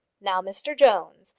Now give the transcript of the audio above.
now, mr jones,